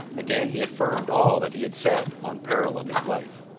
again he affirmed all that he had said, on peril of his life